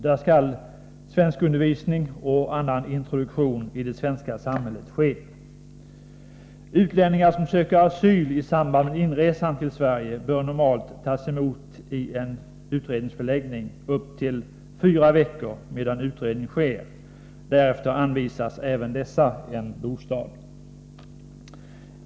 Där skall svenskundervisning och annan introduktion i det svenska samhället ske. Utlänningar som söker asyl i samband med inresan till Sverige bör normalt tas emot i en utredningsförläggning upp till fyra veckor medan utredning sker. Därefter anvisas även dessa bostad.